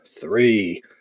three